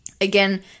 Again